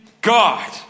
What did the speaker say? God